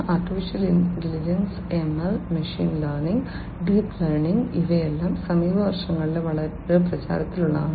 artificial intelligence ML machine learning deep learning ഇവയെല്ലാം സമീപ വർഷങ്ങളിൽ വളരെ പ്രചാരത്തിലുണ്ട്